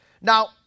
Now